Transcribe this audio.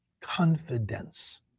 Confidence